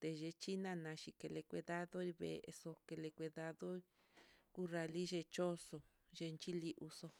té yechina teleke cuidado veexo kele cuidado uralixechoxo, yeni li uxo'o.